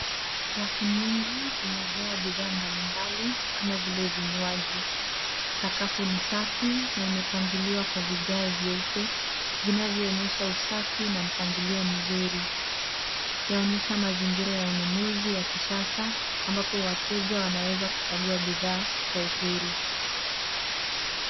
Rafu nyingi zimejaa bidhaa mbalimbali kama vile vinywaji. Sakafu ni safi na imepangiliwa kwa vigae vyeupe vinavyo onyesha usafi na mpangilio mzuri. Yaonyesha mazingira ya ununuzi wa kisasa ambapo wateja wanaweza kuchagua bidhaa kwa uhuru.